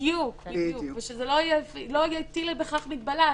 בדיוק ושזה לא יטיל בכך מגבלה.